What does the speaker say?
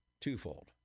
twofold